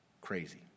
Crazy